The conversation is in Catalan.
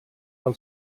del